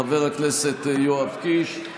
חבר הכנסת יואב קיש,